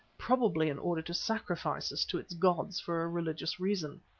probably in order to sacrifice us to its gods for a religious reason.